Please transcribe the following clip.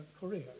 Korea